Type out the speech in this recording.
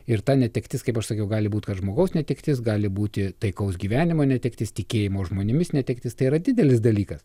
ir ta netektis kaip aš sakiau gali būt kad žmogaus netektis gali būti taikaus gyvenimo netektis tikėjimo žmonėmis netektis tai yra didelis dalykas